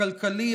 הכלכלי,